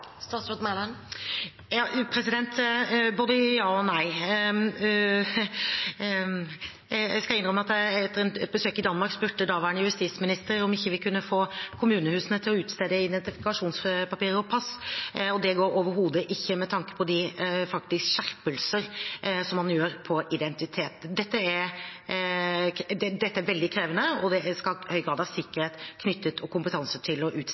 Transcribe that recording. Både ja og nei. Jeg skal innrømme at jeg etter et besøk i Danmark spurte daværende justisminister om vi ikke kunne få kommunehusene til å utstede identifikasjonspapirer og pass. Det går overhodet ikke, med tanke på de skjerpelsene man gjør når det gjelder identitet. Dette er veldig krevende, og det skal høy grad av sikkerhet og kompetanse til å